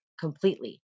completely